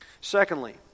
Secondly